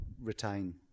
retain